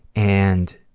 and